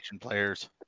players